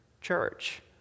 church